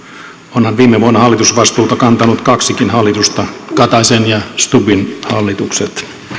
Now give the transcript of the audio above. onhan viime vuonna hallitusvastuuta kantanut kaksikin hallitusta kataisen ja stubbin hallitukset